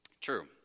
True